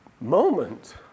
moment